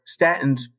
statins